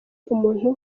umuntu